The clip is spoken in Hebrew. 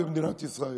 במדינת ישראל.